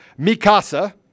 Mikasa